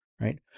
right